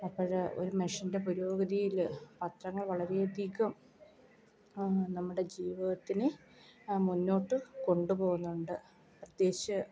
അപ്പോൾ ഒരു മനുഷ്യൻ്റെ പുരോഗതിയിൽ പത്രങ്ങൾ വളരെയധികം നമ്മുടെ ജീവിതത്തിനെ മുന്നോട്ട് കൊണ്ട് പോകുന്നുണ്ട് പ്രത്യേകിച്ച്